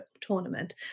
tournament